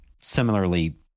similarly